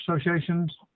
Associations